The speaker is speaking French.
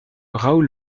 raoul